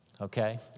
Okay